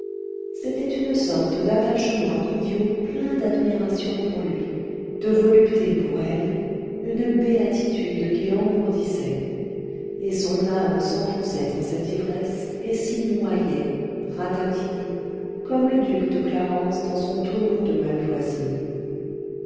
c'était une sorte d'attachement idiot plein d'admiration pour lui de voluptés pour elle une béatitude qui l'engourdissait et son âme s'enfonçait en cette ivresse et s'y noyait ratatinée comme le duc de clarence dans son tonneau de malvoisie